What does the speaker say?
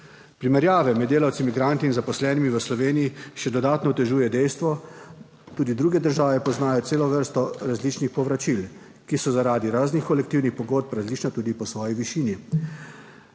Primerjave med delavci migranti in zaposlenimi v Sloveniji še dodatno otežuje dejstvo, da tudi druge države poznajo celo vrsto različnih povračil, ki so zaradi raznih kolektivnih pogodb različna tudi po svoji višini,